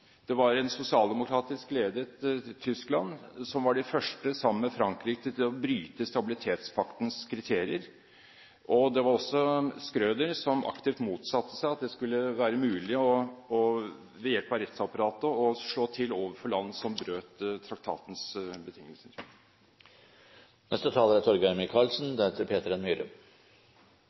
det var et sosialdemokratisk ledet Tyskland som var de første, sammen med Frankrike, til å bryte stabilitetspaktens kriterier. Det var også Schröder som aktivt motsatte seg at det skulle være mulig ved hjelp av rettsapparatet å slå til overfor land som brøt traktatens